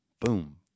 boom